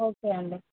okay అండి